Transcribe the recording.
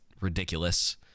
ridiculous